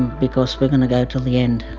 because we're going to go till the end.